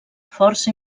força